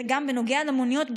גם בנוגע למוניות,